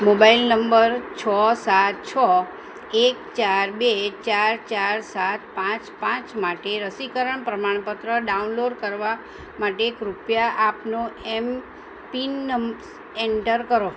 mobile number છ સાત છ એક ચાર બે ચાર ચાર સાત પાંચ પાંચ માટે રસીકરણ પ્રમાણપત્ર ડાઉનલોડ કરવા માટે કૃપયા આપનો એમ પીન નમ્સ એન્ટર કરો